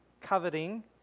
coveting